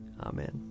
Amen